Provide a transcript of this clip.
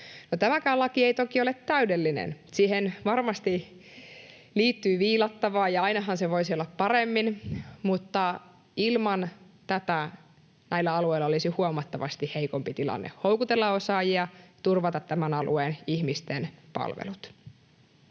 tämäkään laki ei toki ole täydellinen. Siihen varmasti liittyy viilattavaa, ja ainahan se voisi olla parempi, mutta ilman tätä näillä alueilla olisi huomattavasti heikompi tilanne houkutella osaajia, turvata tämän alueen ihmisten palvelut.